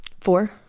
four